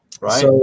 Right